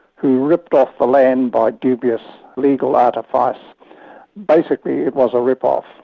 who ripped off the land by devious legal artifice basically it was a rip-off.